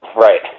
right